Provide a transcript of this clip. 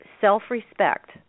self-respect